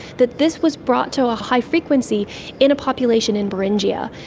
that this was brought to a high frequency in a population in beringia,